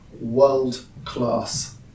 world-class